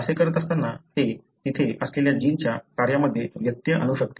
असे करत असताना ते तेथे असलेल्या जिनच्या कार्यामध्ये व्यत्यय आणू शकते